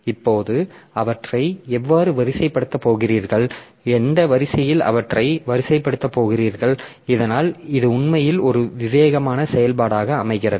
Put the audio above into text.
இப்போது அவற்றை எவ்வாறு வரிசைப்படுத்தப் போகிறீர்கள் எந்த வரிசையில் அவற்றை வரிசைப்படுத்தப் போகிறீர்கள் இதனால் இது உண்மையில் ஒரு விவேகமான செயல்பாடாக அமைகிறது